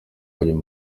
uyu